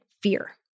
fear